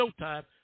Showtime